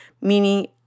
meaning